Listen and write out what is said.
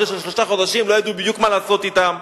אחרי ששלושה חודשים לא ידעו בדיוק מה לעשות אתם,